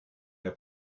herr